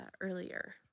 earlier